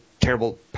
terrible